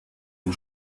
dem